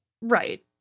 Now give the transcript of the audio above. Right